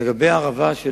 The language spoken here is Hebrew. לגבי הערבה,